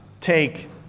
take